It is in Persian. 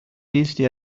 لیستی